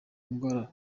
indwara